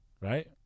right